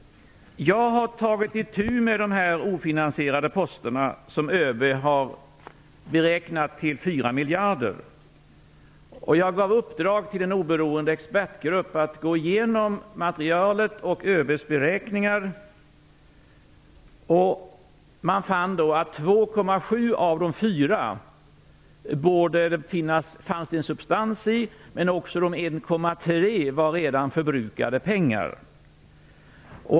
Jag har tagit itu med dessa ofinansierade poster som ÖB har beräknat till 4 miljarder. Jag gav i uppdrag till en oberoende expertgrupp att gå igenom materialet och ÖB:s beräkningar. Man fann då att det fanns en substans i 2,7 miljarder av de 4 miljarderna, men 1,3 miljarder var redan förbrukade pengar.